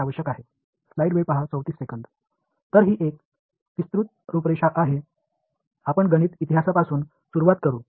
எனவே இது ஒரு பரந்த வெளிப்பாடு இந்த புலம் எங்கிருந்து வந்தது என்பதற்கான கணித வரலாற்றிலிருந்து தொடங்குவோம்